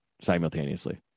simultaneously